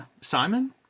Simon